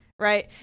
Right